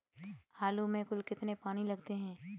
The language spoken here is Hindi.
आलू में कुल कितने पानी लगते हैं?